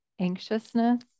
anxiousness